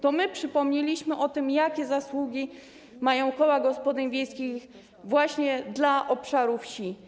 To my przypomnieliśmy o tym, jakie zasługi mają koła gospodyń wiejskich właśnie dla obszaru wsi.